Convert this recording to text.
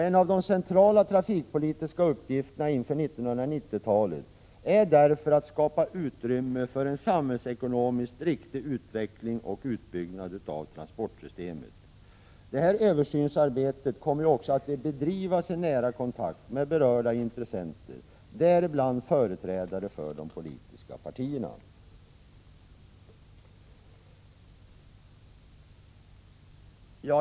En av de centrala trafikpolitiska uppgifterna inför 1990-talet är därför att skapa utrymme för en samhällsekonomiskt riktig utveckling och utbyggnad av transportsystemet. Det här översynsarbetet kommer ju också att bedrivas i nära kontakt med berörda intressenter, däribland företrädare för de politiska partierna.